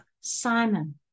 Simon